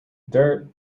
dirt